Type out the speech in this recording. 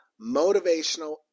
Motivational